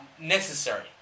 necessary